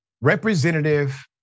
Representative